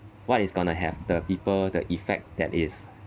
what is gonna have the people the effect that is